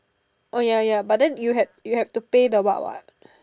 oh ya ya but then you had you have to pay the what what